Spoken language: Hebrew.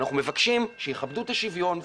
אנחנו מבקשים שיכבדו את השוויון.